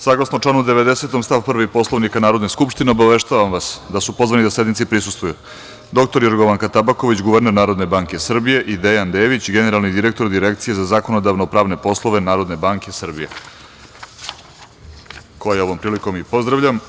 Saglasno članu 19. stav 1. Poslovnika Narodne skupštine, obaveštavam vas da su pozvani sednici da prisustvuju: dr Jorgovanka Tabaković, guverner Narodne banke Srbije i Dejan Dević, generalni direktor Direkcije za zakonodavno-pravne poslove Narodne banke Srbije, koje ovom prilikom pozdravljam.